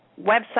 website